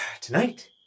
Tonight